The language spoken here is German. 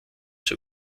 zur